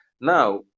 Now